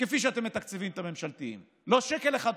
כפי שאתם מתקצבים את הממשלתיים, לא שקל אחד פחות.